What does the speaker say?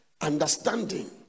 understanding